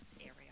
area